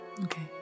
Okay